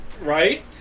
Right